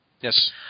Yes